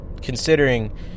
considering